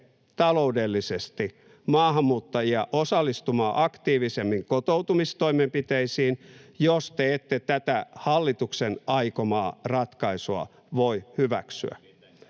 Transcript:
taloudellisesti maahanmuuttajia osallistumaan aktiivisemmin kotoutumistoimenpiteisiin, jos te ette tätä hallituksen aikomaa ratkaisua voi hyväksyä?